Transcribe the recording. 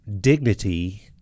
dignity